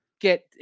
get